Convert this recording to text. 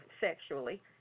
sexually